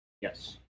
Yes